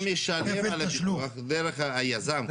הוא משלם על הפיתוח דרך היזם.